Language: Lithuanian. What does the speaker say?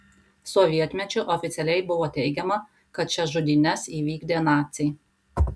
sovietmečiu oficialiai buvo teigiama kad šias žudynes įvykdė naciai